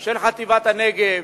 של חטיבת הנגב,